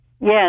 Yes